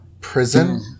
prison